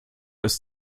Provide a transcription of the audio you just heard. ist